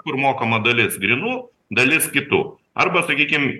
kur mokama dalis grynų dalis kitų arba sakykim